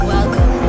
Welcome